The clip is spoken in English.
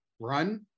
run